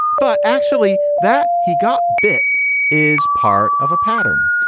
but actually that he got bit is part of a pattern.